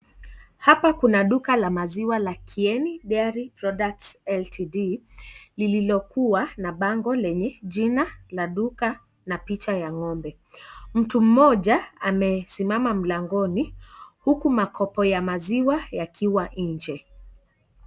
Hapa kuna duka la maziwa la Kieni Diary Products Ltd lililokuwa na bango lenye jina la duka na picha ya ngombe ,mtu mmoja amesimama mlangoni huku makoba ya maziwa yakiwa nje.